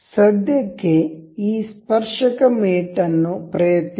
ಸದ್ಯಕ್ಕೆ ಈ ಸ್ಪರ್ಶಕ ಮೇಟ್ ಅನ್ನು ಪ್ರಯತ್ನಿಸೋಣ